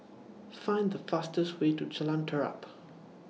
Find The fastest Way to Jalan Terap